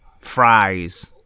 fries